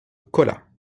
kola